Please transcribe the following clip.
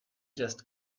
just